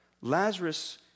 Lazarus